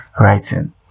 writing